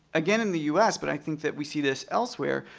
again, in the u s, but i think that we see this elsewhere,